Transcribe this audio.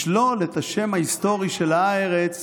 -- לשלול את השם ההיסטורי של הארץ,